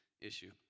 issue